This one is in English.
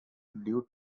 due